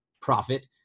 profit